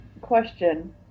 question